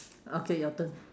okay your turn